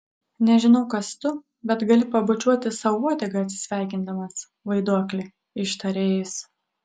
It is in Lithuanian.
nežinau kas tu bet gali pabučiuoti sau uodegą atsisveikindamas vaiduokli ištarė jis